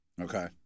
okay